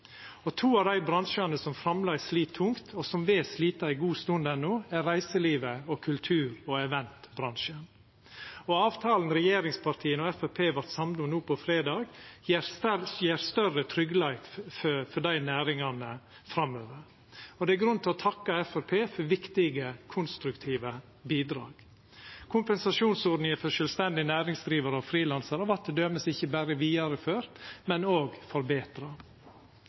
To av dei bransjane som framleis slit tungt, og som vil slita ei god stund enno, er reiselivet og kultur- og eventbransjen. Avtalen regjeringspartia og Framstegspartiet vart samde om no på fredag, gjev større tryggleik for desse næringane framover. Det er grunn til å takka Framstegspartiet for viktige, konstruktive bidrag. Kompensasjonsordninga for sjølvstendig næringsdrivande og frilansarar vart t.d. ikkje berre vidareført, men òg forbetra.